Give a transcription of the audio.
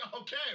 okay